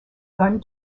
gun